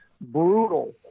brutal